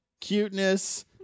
cuteness